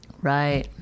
Right